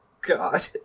God